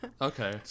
Okay